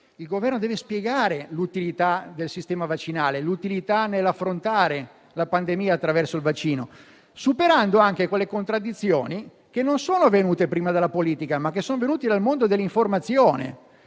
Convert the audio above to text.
il Governo deve spiegare l'utilità del sistema vaccinale, l'utilità nell'affrontare la pandemia attraverso il vaccino, superando anche quelle contraddizioni che non sono venute prima dalla politica, ma che sono venute dal mondo dell'informazione,